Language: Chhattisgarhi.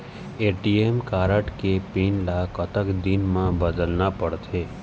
ए.टी.एम कारड के पिन नंबर ला कतक दिन म बदलना पड़थे?